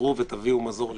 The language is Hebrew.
תתפטרו ותביאו מזור לישראל.